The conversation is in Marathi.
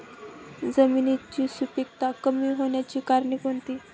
जमिनीची सुपिकता कमी होण्याची कारणे कोणती?